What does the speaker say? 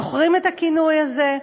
אתם זוכרים את הכינוי הזה?